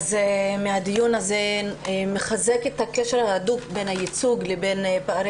הדיון הזה מחזק את הקשר ההדוק בין הייצוג לבין פערי